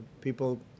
People